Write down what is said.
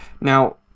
Now